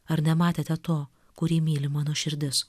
ar nematėte to kurį myli mano širdis